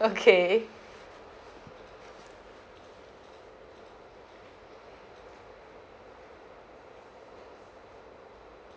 okay